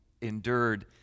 endured